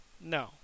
No